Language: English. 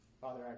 Father